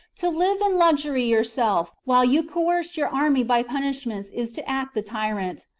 to live in luxury yourself while you coerce your army by punishments is to act the tyrant,